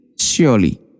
surely